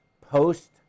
post